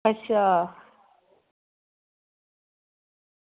अच्छा